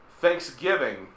Thanksgiving